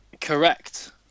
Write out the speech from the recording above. Correct